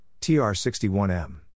tr61m